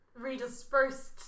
redispersed